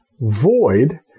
void